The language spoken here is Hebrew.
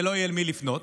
ולא יהיה למי לפנות.